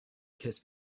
kiss